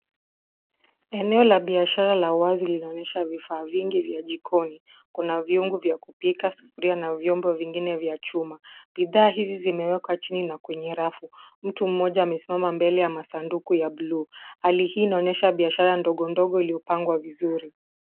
Eneo la biashara la wazi linaonyesha vifaa vingi vya jikoni. Kuna viungo vya kupika, sufuria, na vyombo vingine vya chuma. Bidhaa hizi zimewekwa chini na kwenye rafu. Mtu mmoja amesimama mbele ya masanduku ya bluu. Hali hii inaonyesha biashara ndogo ndogo iliyopangwa vizuri.